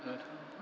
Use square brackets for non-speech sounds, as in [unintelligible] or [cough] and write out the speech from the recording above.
[unintelligible]